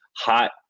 hot